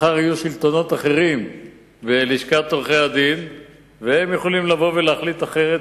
מחר יהיו שלטונות אחרים בלשכת עורכי-הדין והם יכולים לבוא ולהחליט אחרת,